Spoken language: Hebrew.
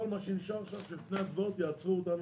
כל מה שנשאר עכשיו זה שלפני הצבעות יעצרו אותנו,